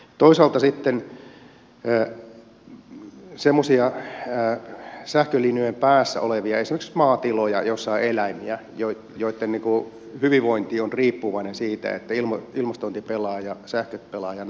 toisaalta kyllähän sitten esimerkiksi semmoisissa sähkölinjojen päässä olevissa maatiloissa joissa on eläimiä joitten hyvinvointi on riippuvainen siitä että ilmastointi pelaa ja sähköt pelaavat jnp